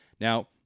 Now